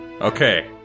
Okay